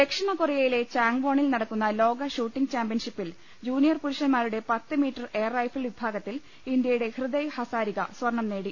ദക്ഷിണ കൊറിയയിലെ ചാങ്വോണിൽ നടക്കുന്ന ലോക ഷൂട്ടിംഗ് ചാമ്പൃൻഷിപ്പിൽ ജൂനിയർ പുരുഷൻമാ രുടെ പത്ത് മീറ്റർ എയർറൈഫിൾ വിഭാഗത്തിൽ ഇന്ത്യ യുടെ ഹൃദയ് ഹസാരിക സ്വർണം നേടി